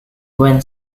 when